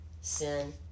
sin